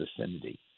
vicinity